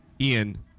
Ian